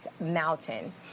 mountain